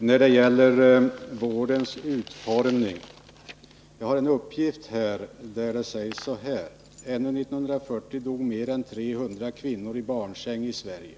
Herr talman! Bara helt kort när det gäller vårdens utformning: Jag har en uppgift, där det sägs så här: ”Ännu 1940 dog mer än 300 kvinnor i barnsäng i Sverige.